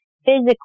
physical